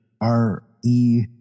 r-e